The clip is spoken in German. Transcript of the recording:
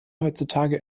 heutzutage